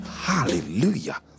hallelujah